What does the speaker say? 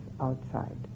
outside